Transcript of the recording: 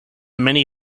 many